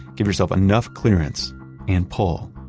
give yourself enough clearance and pull.